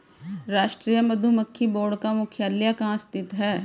राष्ट्रीय मधुमक्खी बोर्ड का मुख्यालय कहाँ स्थित है?